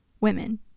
women